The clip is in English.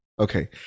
Okay